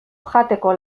jateko